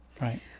Right